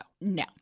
no